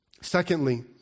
Secondly